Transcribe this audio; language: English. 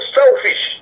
selfish